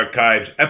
archives